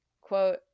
Quote